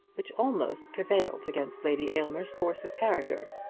which almost prevailed against lady aylmer's force of character.